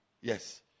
Yes